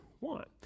want